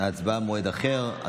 ההצבעה במועד אחר.